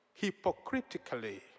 hypocritically